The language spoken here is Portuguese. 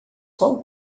qual